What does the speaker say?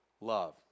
love